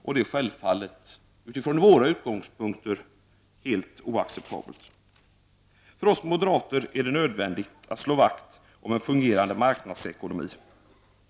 Detta är självfallet, från våra utgångspunkter, helt oacceptabelt. För oss moderater är det nödvändigt att slå vakt om en fungerande marknadsekonomi.